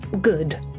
good